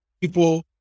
people